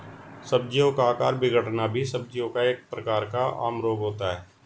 सब्जियों का आकार बिगड़ना भी सब्जियों का एक प्रकार का आम रोग होता है